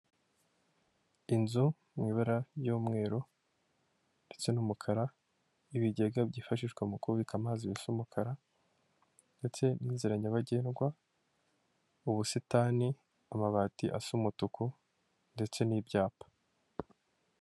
Inzu mu ibara ry'umweru ndetse n'umukara n'ibigega byifashishwa mu kubika amazi bisa umukara ndetse n'inzira nyabagendwa, ubusitani, amabati asa umutuku ndetse n'ibyapa.